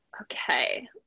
Okay